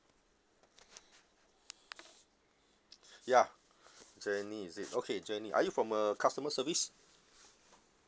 ya jenny is it okay jenny are you from uh customer service